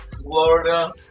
Florida